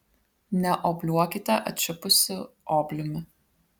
neobliuokite atšipusiu obliumi